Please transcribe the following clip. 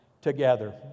together